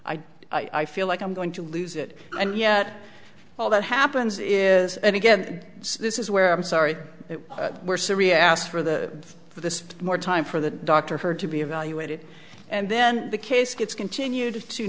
on i feel like i'm going to lose it and yet all that happens is again this is where i'm sorry we're syria asked for the for the more time for the doctor heard to be evaluated and then the case gets continued to